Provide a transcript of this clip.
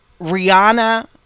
Rihanna